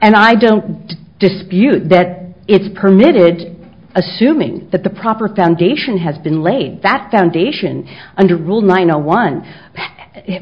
and i don't dispute that it's permitted assuming that the proper foundation has been laid that foundation under rule nine zero one